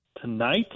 tonight